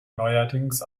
neuerdings